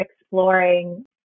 exploring